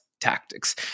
tactics